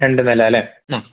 രണ്ട് നില അല്ലേ ആ